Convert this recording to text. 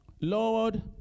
Lord